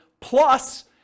plus